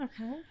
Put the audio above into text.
Okay